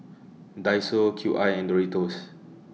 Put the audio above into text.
Daiso Cube I and Doritos